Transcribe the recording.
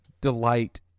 delight